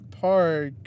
park